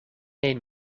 een